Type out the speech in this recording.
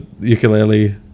ukulele